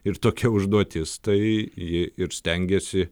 ir tokia užduotis tai ji ir stengiasi